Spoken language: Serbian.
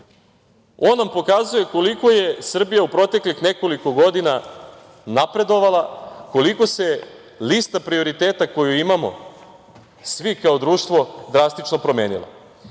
on nam pokazuje koliko je Srbija u proteklih nekoliko godina napredovala, koliko se lista prioriteta koju imamo svi kao društvo drastično promenila. Kada